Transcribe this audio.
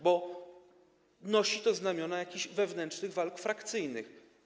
Bo nosi to znamiona jakichś wewnętrznych walk frakcyjnych.